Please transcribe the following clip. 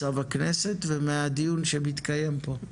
מצב הכנסת ומהדיון שמתקיים פה.